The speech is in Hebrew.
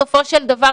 בסופו של דבר,